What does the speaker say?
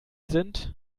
sind